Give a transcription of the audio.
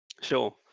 Sure